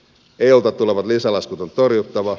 eulta tulevat lisälaskut on torjuttava